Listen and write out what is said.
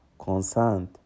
Concerned